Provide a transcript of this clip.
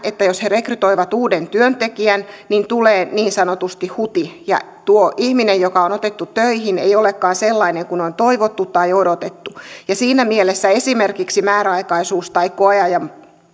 että jos he rekrytoivat uuden työntekijän niin tulee niin sanotusti huti ja tuo ihminen joka on otettu töihin ei olekaan sellainen kuin on toivottu tai odotettu siinä mielessä esimerkiksi määräaikaisuus tai koeajan